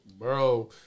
bro